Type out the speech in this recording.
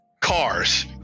cars